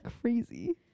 Crazy